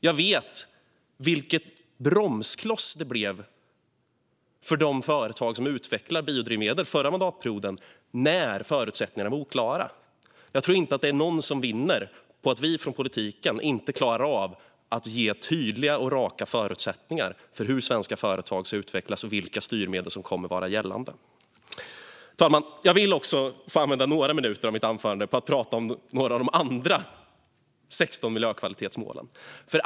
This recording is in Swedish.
Jag vet vilken bromskloss det blev för de företag som utvecklade biodrivmedel förra mandatperioden när förutsättningarna var oklara. Jag tror inte att det när någon som vinner på att vi från politiken inte klarar av att ge tydliga och raka förutsättningar för hur svenska företag ska utvecklas och vilka styrmedel som kommer att vara gällande. Herr talman! Jag vill använda några minuter av mitt anförande till att tala om några av de andra 16 miljökvalitetsmålen.